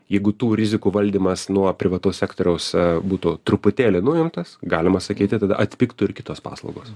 jeigu tų rizikų valdymas nuo privataus sektoriaus būtų truputėlį nuimtas galima sakyti kad atpigtų ir kitos paslaugos